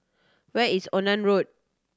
where is Onan Road